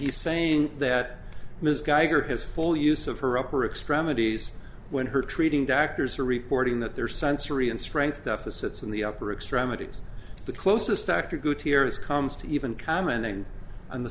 he's saying that ms geiger has full use of her upper extremities when her treating doctors are reporting that they're sensory and strength deficits in the upper extremities the closest dr gutierrez comes to even commenting on the